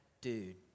dude